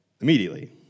immediately